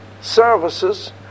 services